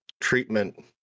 treatment